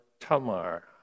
Tamar